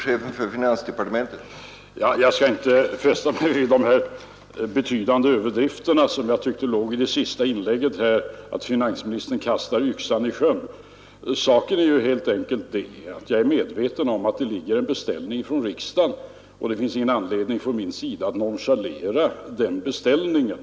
Herr talman! Jag skall inte fästa mig vid de betydande överdrifter som låg i det senaste inlägget, att finansministern kastar yxan i sjön. Jag är medveten om att det ligger en beställning från riksdagen, och det finns ingen anledning för mig att nonchalera den beställningen.